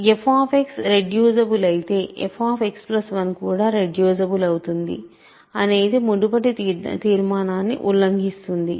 f reducible అయితే fX1 కూడా reducible అవుతుంది అనేది మునుపటి తీర్మానాన్ని ఉల్లంఘిస్తుంది